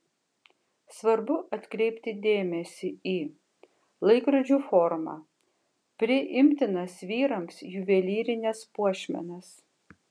svarbu atkreipti dėmesį į laikrodžių formą priimtinas vyrams juvelyrines puošmenas